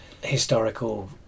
historical